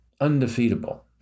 Undefeatable